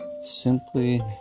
simply